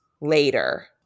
later